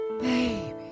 Baby